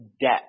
debt